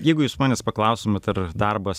jeigu jūs manęs paklaustumėt ar darbas